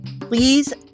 Please